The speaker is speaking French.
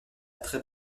très